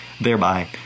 Thereby